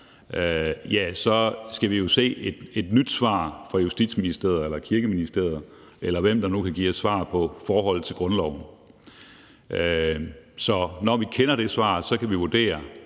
ja, så skal vi jo se et nyt svar fra Justitsministeriet eller Kirkeministeriet, eller hvem der nu kan give os svar på forholdet til grundloven. Når vi kender det svar, kan vi vurdere,